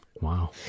Wow